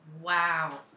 Wow